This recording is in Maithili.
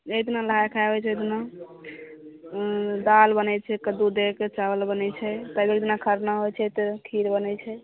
जहि दिना नहाय खाय होइत छै ओहि दिना दाल बनै छै कद्दू दे के चावल बनैत छै फेर ओहि दिना खरना होइत छै तऽ खीर बनैत छै